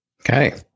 Okay